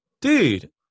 Dude